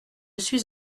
suis